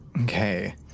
Okay